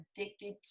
addicted